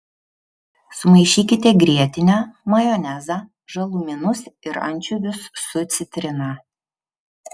sumaišykite grietinę majonezą žalumynus ir ančiuvius su citrina